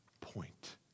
point